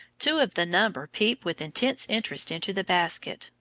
two of the number peep with intense interest into the basket,